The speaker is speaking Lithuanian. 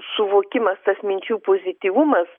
suvokimas tas minčių pozityvumas